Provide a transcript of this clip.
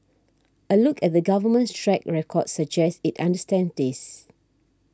a look at the Government's track record suggests it understands this